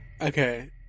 Okay